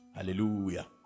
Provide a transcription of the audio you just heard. Hallelujah